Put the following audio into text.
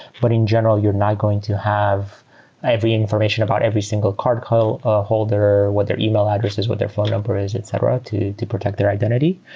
but in general, you're not going to have every information about every single card ah holder, what their email address is, what their phone number is, etc, to to protect their identity.